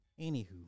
Anywho